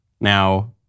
now